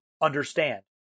understand